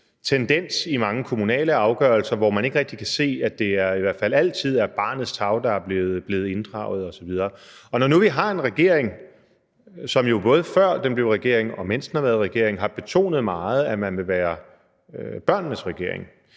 tendens i mange kommunale afgørelser, hvor man i hvert fald ikke altid rigtig kan se, at det er barnets tarv, der er blevet inddraget osv. Og når nu vi har en regering, som jo både før den blev regering, og mens den har været regering, har betonet meget, at man vil være børnenes regering,